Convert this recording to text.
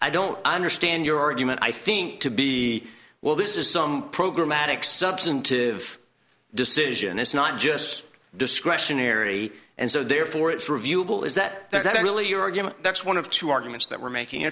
i don't understand your argument i think to be well this is some programatic substantive decision it's not just discretionary and so therefore it's reviewable is that there's that really your argument that's one of two arguments that we're making